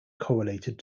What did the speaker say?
correlated